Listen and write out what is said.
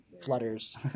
flutters